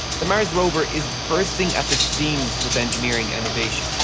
the mars rover is bursting at the seams with engineering innovation.